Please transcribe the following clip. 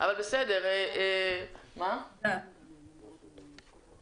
אבל לא לבוא בטענות כי בגלל זה קיימנו את הדיון.